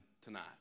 tonight